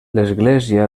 església